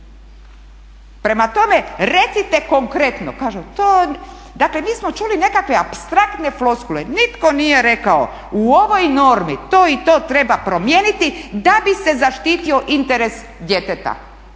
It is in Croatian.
Prema tome recite konkretno, kažu dakle mi smo čuli nekakve apstraktne floskule, nitko nije rekao u ovoj normi to i to treba promijeniti a bi se zaštitio interes djeteta,